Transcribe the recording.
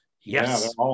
Yes